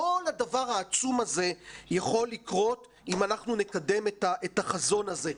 כל הדבר העצום הזה יכול לקרות אם אנחנו נקדם את החזון הזה.